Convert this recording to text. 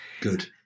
Good